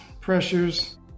pressures